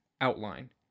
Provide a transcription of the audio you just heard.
outline